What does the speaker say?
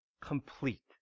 complete